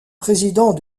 président